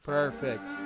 Perfect